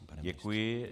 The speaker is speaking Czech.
Děkuji.